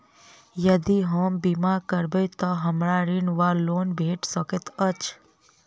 यदि हम बीमा करबै तऽ हमरा ऋण वा लोन भेट सकैत अछि?